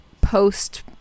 post